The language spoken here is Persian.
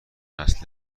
نسل